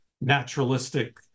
naturalistic